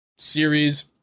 Series